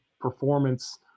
performance